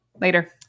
Later